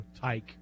tyke